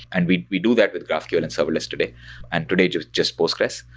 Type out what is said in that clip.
and we we do that with graphql and serverless today, and today just just postgres,